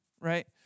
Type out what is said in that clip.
right